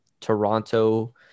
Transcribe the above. toronto